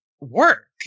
work